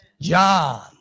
John